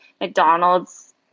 McDonald's